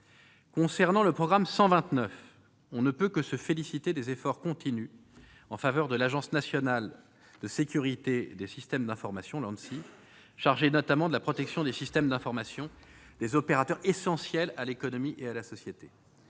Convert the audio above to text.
viens au programme 129. Nous ne pouvons que nous féliciter des efforts continus en faveur de l'Agence nationale de la sécurité des systèmes d'information (Anssi), chargée notamment de la protection des systèmes d'information des opérateurs essentiels à l'économie et à la société.